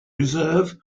reserve